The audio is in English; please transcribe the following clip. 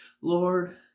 Lord